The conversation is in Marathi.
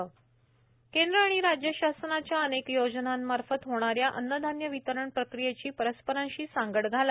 नागरी प्रवठा विभाग केंद्र आणि राज्य शासनाच्या अनेक योजना मार्फत होणाऱ्या अन्नधान्य वितरण प्रक्रियेची परस्परांशी सांगड घाला